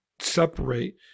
separate